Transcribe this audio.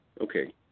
Okay